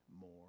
more